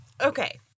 okay